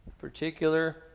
particular